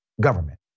government